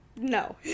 No